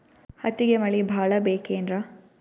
ಹತ್ತಿಗೆ ಮಳಿ ಭಾಳ ಬೇಕೆನ್ರ?